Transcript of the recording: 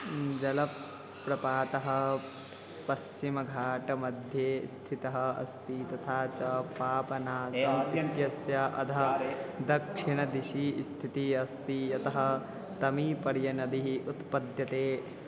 जलप्रपातः पश्चिमघाटमध्ये स्थितः अस्ति तथा च पापनासाम् इत्यस्य अधः दक्षिणदिशि स्थितिः अस्ति यतः तमीपर्यनदी उत्पद्यते